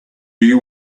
you